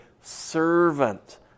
servant